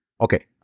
Okay